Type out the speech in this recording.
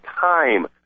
time